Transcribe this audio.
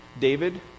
David